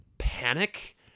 panic